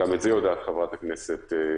וגם את זה יודעת חברת הכנסת ברביבאי,